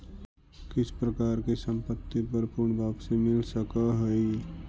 किस प्रकार की संपत्ति पर पूर्ण वापसी मिल सकअ हई